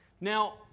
Now